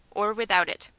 or without it.